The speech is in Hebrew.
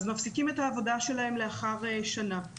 אז מפסיקים את העבודה שלהם לאחר שנה.